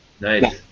Nice